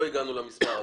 לא הגענו למספר הזה,